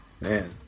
Man